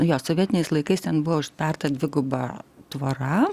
jo sovietiniais laikais ten buvo užtverta dviguba tvora